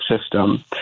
system